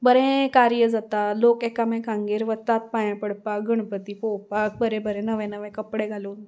बरें कार्य जाता लोक एकामेकांगेर वतात पांयां पडपाक गणपती पळोवपाक बरें बरें नवे नवे कपडे घालून